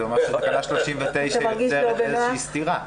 זה אומר שבתקנה 39 יש איזושהי סתירה.